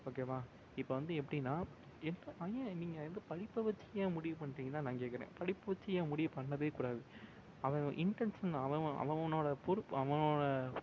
ஓகேவா இப்போ வந்து எப்படின்னா நீங்கள் வந்து படிப்பை வச்சு ஏன் முடிவுப் பண்ணுறீங்கன்னு தான் நான் கேட்குறேன் படிப்பை வச்சு ஏன் முடிவுப் பண்ணவேக் கூடாது அவன் அவன் இன்டென்ஷன் அவன் அவன் அவன் அவனோடய பொறுப்பு அவனோடய